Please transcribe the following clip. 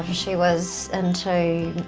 she was into